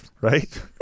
Right